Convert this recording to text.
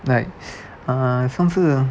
like uh 上次